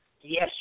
Yes